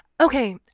Okay